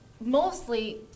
mostly